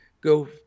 go